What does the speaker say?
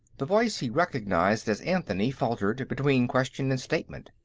the voice he recognized as anthony faltered between question and statement.